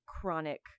chronic